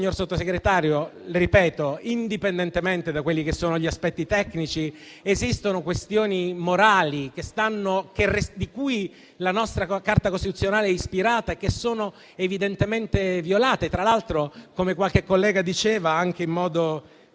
signor Sottosegretario, ripeto che, indipendentemente da quelli che sono gli aspetti tecnici, esistono questioni morali, cui la nostra Carta costituzionale è ispirata, che sono evidentemente violate, tra l'altro, come qualche collega diceva, anche in modo